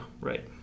right